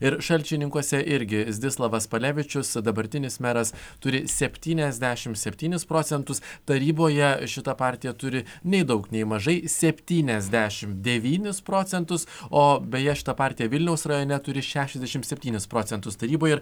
ir šalčininkuose irgi zdislavas palevičius dabartinis meras turi septyniasdešimt septynis procentus taryboje šita partija turi nei daug nei mažai septyniasdešimt devynis procentus o beje šita partija vilniaus rajone turi šešiasdešimt septynis procentus taryboje ir